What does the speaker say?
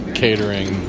catering